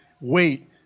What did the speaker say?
Wait